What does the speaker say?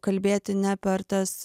kalbėti ne apie ar tas